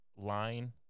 line